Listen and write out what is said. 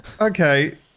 Okay